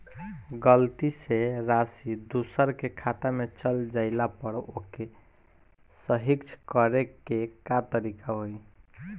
गलती से राशि दूसर के खाता में चल जइला पर ओके सहीक्ष करे के का तरीका होई?